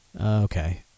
okay